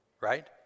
right